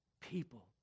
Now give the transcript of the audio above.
people